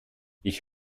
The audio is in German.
ich